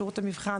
שירות המבחן,